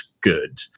good